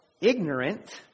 ignorant